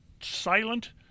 silent